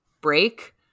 break